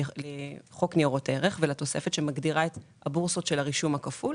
לחוק ניירות ערך ולתוספת שמגדירה את הבורסות של הרישום הכפול,